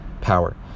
power